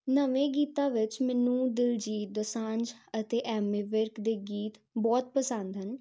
ਨਵੇਂ ਗੀਤਾਂ ਵਿੱਚ ਮੈਨੂੰ ਦਿਲਜੀਤ ਦੋਸਾਂਝ ਅਤੇ ਐਮੀ ਵਿਰਕ ਦੇ ਗੀਤ ਬਹੁਤ ਪਸੰਦ ਹਨ